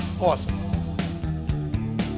Awesome